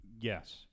Yes